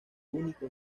único